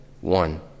one